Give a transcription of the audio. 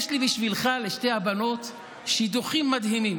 יש לי בשבילך לשתי הבנות שידוכים מדהימים.